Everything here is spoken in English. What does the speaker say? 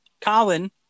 Colin